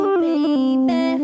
baby